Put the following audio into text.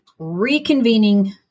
Reconvening